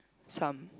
some